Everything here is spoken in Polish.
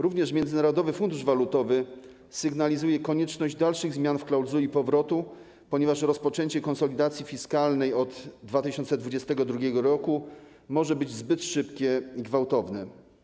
Również Międzynarodowy Fundusz Walutowy sygnalizuje konieczność dalszych zmian w klauzuli powrotu, ponieważ rozpoczęcie konsolidacji fiskalnej od 2022 r. może być zbyt szybkie i gwałtowne.